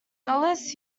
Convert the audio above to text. gallows